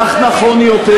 כך נכון יותר,